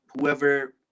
whoever